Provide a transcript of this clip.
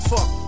Fuck